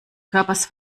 körpers